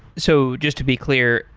so just to be clear,